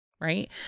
Right